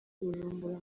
bujumbura